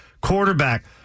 quarterback